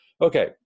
okay